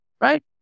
right